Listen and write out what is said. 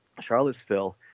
Charlottesville